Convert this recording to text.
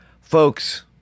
Folks